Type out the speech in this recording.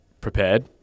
prepared